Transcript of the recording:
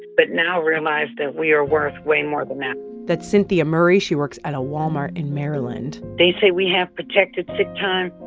but now realize that we are worth way more than that that's cynthia murray. she works at a walmart in maryland they say we have protected sick time.